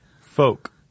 Folk